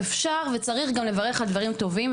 אפשר וצריך גם לברך על דברים טובים.